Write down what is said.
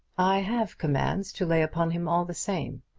i have commands to lay upon him all the same,